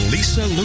Lisa